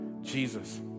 Jesus